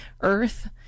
earth